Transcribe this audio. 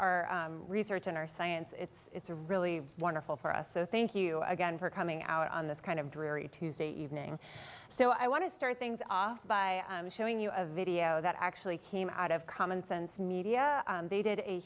our research and our science it's it's really wonderful for us so thank you again for coming out on this kind of dreary tuesday evening so i want to start things off by showing you a video that actually came out of common sense media they did a